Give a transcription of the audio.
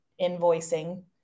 invoicing